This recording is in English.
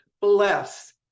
Bless